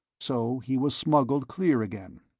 so he was smuggled clear again.